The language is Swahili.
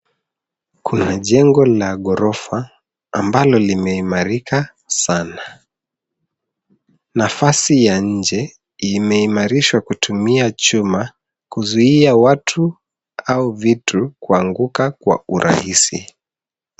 Kuna jengo la ghorofa ambalo limeimarika sana. Nafasi ya nje ime imarishwa kutumia chuma, kuzuia watu au vitu kuruka kwa urahisi.